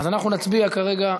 אז אנחנו נצביע כרגע,